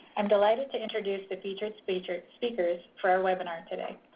am delighted to introduce the featured featured speakers for our webinar today.